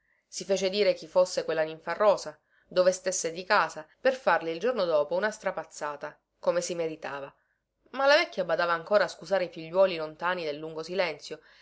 si fece dire chi fosse quella ninfarosa dove stesse di casa per farle il giorno dopo una strapazzata come si meritava ma la vecchia badava ancora a scusare i figliuoli lontani del lungo silenzio